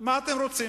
מה אתם רוצים?